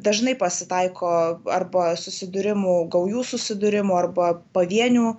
dažnai pasitaiko arba susidūrimų gaujų susidūrimų arba pavienių